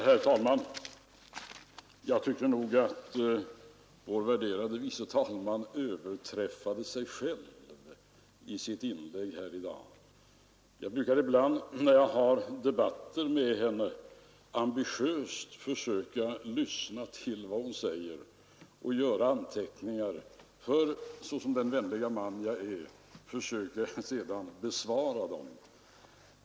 Herr talman! Jag tycker nog att vår värderade andre vice talman överträffade sig själv i sitt inlägg här i dag. Jag brukar ibland, när jag har debatter med henne, ambitiöst lyssna till vad hon säger och göra anteckningar för att såsom den vänlige man jag är sedan försöka svara henne.